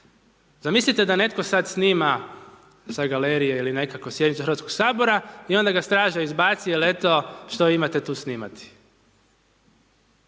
Zamislite da netko sad snima sa galerije ili nekako sjednicu Hrvatskog sabor i onda ga straža izbaci jel eto što imate tu snimati.